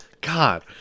God